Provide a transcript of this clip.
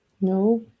No